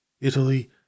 Italy